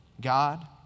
God